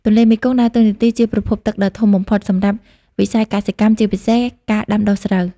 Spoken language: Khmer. ទន្លេមេគង្គដើរតួនាទីជាប្រភពទឹកដ៏ធំបំផុតសម្រាប់វិស័យកសិកម្ម ជាពិសេសការដាំដុះស្រូវ។